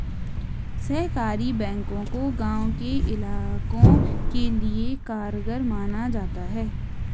सहकारी बैंकों को गांव के इलाकों के लिये कारगर माना जाता है